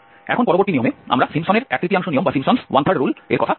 এখন পরবর্তী নিয়মে আমরা সিম্পসনের এক তৃতীয়াংশ নিয়মের কথা বলছি